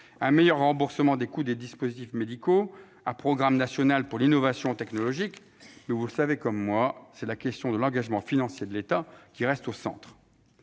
un meilleur remboursement des coûts des dispositifs médicaux, un programme national pour l'innovation technologique. Mais, vous le savez comme moi, c'est la question de l'engagement financier de l'État qui reste au centre.